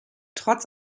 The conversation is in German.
trotz